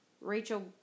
Rachel